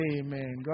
Amen